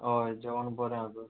हय जेवण बरें आसा